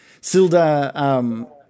Silda